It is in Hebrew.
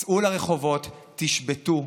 צאו לרחובות, תשבתו.